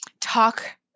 talk